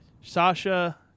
Sasha